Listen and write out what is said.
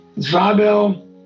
Zabel